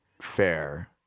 fair